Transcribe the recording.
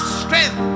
strength